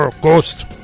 ghost